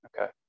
okay